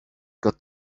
got